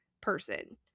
person